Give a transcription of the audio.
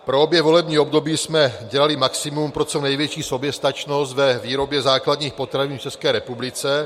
Po obě volební období jsme dělali maximum pro co největší soběstačnost ve výrobě základních potravin v České republice.